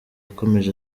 yakomeje